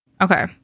Okay